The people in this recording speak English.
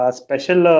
special